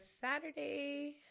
Saturday